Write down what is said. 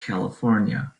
california